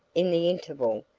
in the interval,